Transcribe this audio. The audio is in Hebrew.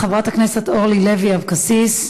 חברת הכנסת אורלי לוי אבקסיס,